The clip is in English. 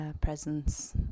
presence